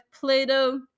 Plato